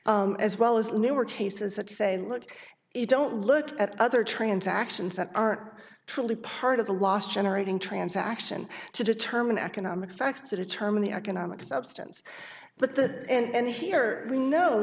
as well as newer cases that say look you don't look at other transactions that are truly part of the last generating transaction to determine economic facts to determine the economic substance but the end here we know